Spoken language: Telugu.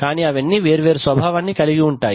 కానీ అవన్నీ వేరు వేరు స్వభావాన్ని కలిగి ఉంటాయి